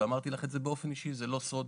ואמרתי לך באופן אישי וזה לא סוד,